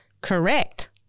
Correct